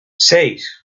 seis